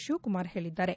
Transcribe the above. ಶಿವಕುಮಾರ್ ಹೇಳಿದ್ದಾರೆ